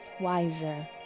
wiser